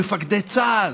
אל תאמינו למפקדי צה"ל.